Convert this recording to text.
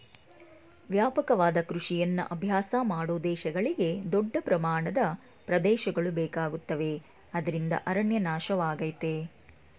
ವ್ಯಾಪಕವಾದ ಕೃಷಿಯನ್ನು ಅಭ್ಯಾಸ ಮಾಡೋ ದೇಶಗಳಿಗೆ ದೊಡ್ಡ ಪ್ರಮಾಣದ ಪ್ರದೇಶಗಳು ಬೇಕಾಗುತ್ತವೆ ಅದ್ರಿಂದ ಅರಣ್ಯ ನಾಶವಾಗಯ್ತೆ